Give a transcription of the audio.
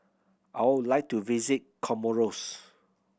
I would like to visit Comoros